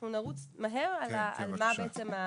אנחנו נרוץ מהר על מה בעצם,